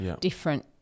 different